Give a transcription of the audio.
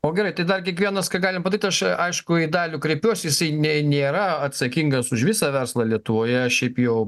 o gerai tai dar kiekvienas ką galim padaryti aš aišku į dalių kreipiuosi jisai ne nėra atsakingas už visą verslą lietuvoje šiaip jau